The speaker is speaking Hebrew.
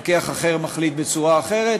מפקח אחר מחליט בצורה אחרת,